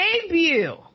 debut